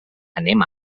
anem